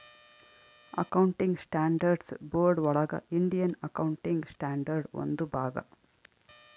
accounting standards board ಒಳಗ Indian accounting standard ಒಂದು ಭಾಗ